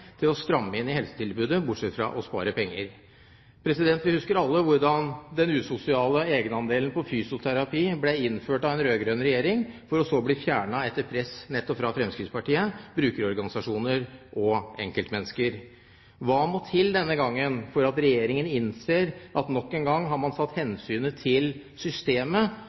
til å stramme inn helsetilbudet enn å spare penger. Vi husker alle hvordan den usosiale egenandelen på fysioterapi ble innført av den rød-grønne regjeringen, for så å bli fjernet nettopp etter press fra Fremskrittspartiet, brukeorganisasjoner og enkeltmennesker. Hva må til denne gangen for at Regjeringen innser at man nok en gang har satt hensynet til systemet